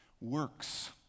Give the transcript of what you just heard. Works